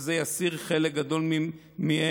זה יסיר חלק גדול מהן,